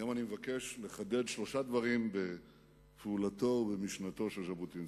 היום אני מבקש לחדד שלושה דברים בפעולתו ובמשנתו של ז'בוטינסקי.